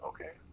Okay